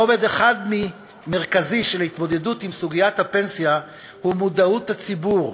רובד אחד מרכזי של התמודדות עם סוגיית הפנסיה הוא מודעות הציבור.